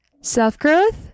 self-growth